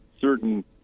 certain